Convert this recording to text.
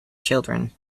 children